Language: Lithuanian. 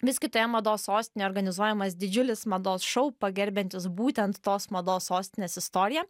vis kitoje mados sostinėje organizuojamas didžiulis mados šou pagerbiantis būtent tos mados sostinės istoriją